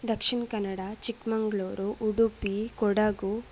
Dakshina Kannada Chikkamagaluru Udupi Kodagu